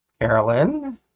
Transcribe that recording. carolyn